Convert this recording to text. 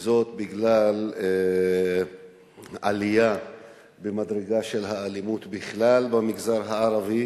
וזה בגלל עלייה במדרגה של האלימות בכלל במגזר הערבי